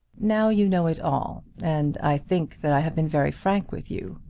now you know it all, and i think that i have been very frank with you.